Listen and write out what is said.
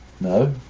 No